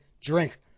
drink